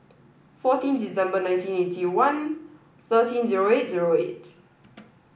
fourteen December nineteen eighty one thirteen zero eight zero eight